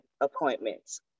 appointments